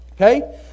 Okay